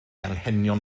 anghenion